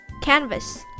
Canvas